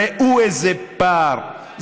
ראו איזה פער.